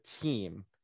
team